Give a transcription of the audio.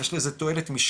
יש לי איזו תועלת משקית,